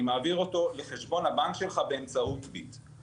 מעביר אותו לחשבון הבנק שלך באמצעות "ביט".